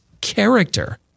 character